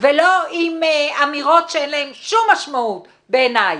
ולא עם אמירות שאין להן שום משמעות בעיניי.